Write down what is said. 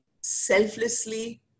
selflessly